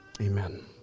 Amen